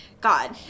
God